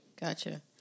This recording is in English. Gotcha